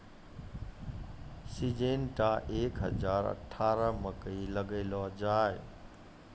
Syngenta एक हजार अठारह मकई लगैलो जाय?